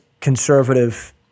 conservative